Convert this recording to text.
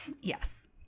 yes